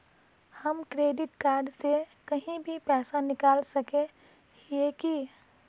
हम credit card से कहीं भी पैसा निकल सके हिये की?